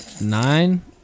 Nine